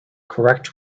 correct